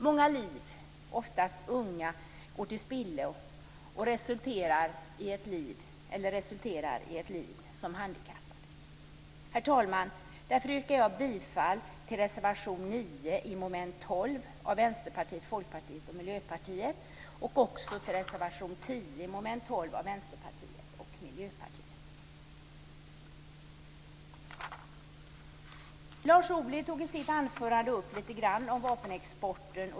Många liv, oftast unga, går till spillo. Det resulterar ofta i ett liv som handikappad. Därför, herr talman, yrkar jag bifall till reservation 9 under mom. 12 av Lars Ohly tog i sitt anförande upp lite grann om vapenexporten.